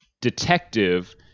detective